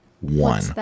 One